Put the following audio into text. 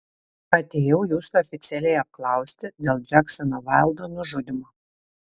atėjau jūsų oficialiai apklausti dėl džeksono vaildo nužudymo